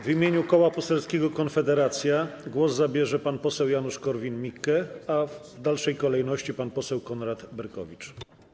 W imieniu Koła Poselskiego Konfederacja głos zabierze pan poseł Janusz Korwin-Mikke, a w dalszej kolejności - pan poseł Konrad Berkowicz.